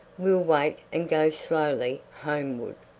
we'll wait and go slowly homeward.